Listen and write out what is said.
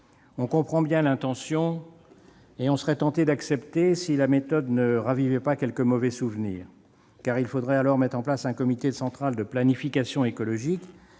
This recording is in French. On comprend bien l'intention, et l'on serait tenté d'accepter si la méthode ne ravivait pas quelques mauvais souvenirs : il faudrait alors mettre en place un comité central de planification écologique